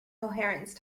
coherence